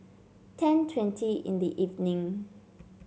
ten twenty in the evening